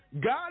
God